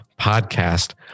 podcast